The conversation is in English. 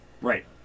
Right